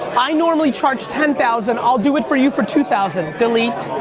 i normally charge ten thousand. i'll do it for you for two thousand. delete,